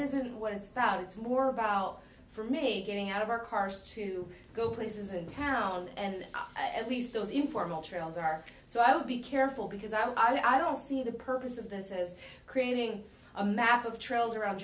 isn't what it's about it's more about for me getting out of our cars to go places in town and at least those informal trails are so i'll be careful because i'll see the purpose of those as creating a map of trails around